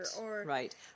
right